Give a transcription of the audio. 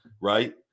Right